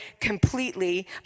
completely